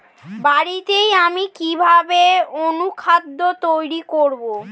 বাড়িতে আমি কিভাবে অনুখাদ্য তৈরি করব?